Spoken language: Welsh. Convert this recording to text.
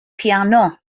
piano